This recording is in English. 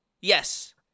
Yes